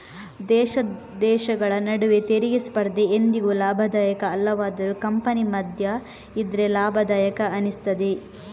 ದೇಶ ದೇಶಗಳ ನಡುವೆ ತೆರಿಗೆ ಸ್ಪರ್ಧೆ ಎಂದಿಗೂ ಲಾಭದಾಯಕ ಅಲ್ಲವಾದರೂ ಕಂಪನಿ ಮಧ್ಯ ಇದ್ರೆ ಲಾಭದಾಯಕ ಅನಿಸ್ತದೆ